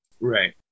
right